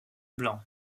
blanc